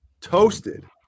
toasted